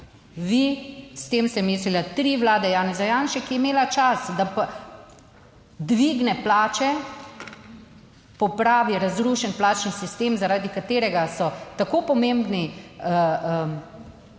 Vi, s tem sem mislila tri vlade Janeza Janše, ki je imela čas, da dvigne plače, popravi razrušen plačni sistem, zaradi katerega so tako pomembni,